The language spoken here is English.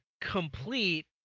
complete